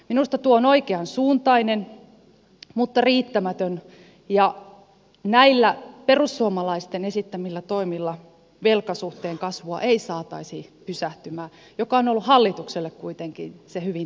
minusta tuo on oikeansuuntainen mutta riittämätön ja näillä perussuomalaisten esittämillä toimilla velkasuhteen kasvua ei saataisi pysähtymään mikä on ollut hallitukselle kuitenkin se hyvin tärkeä tavoite